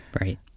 Right